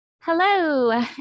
Hello